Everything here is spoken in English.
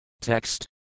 Text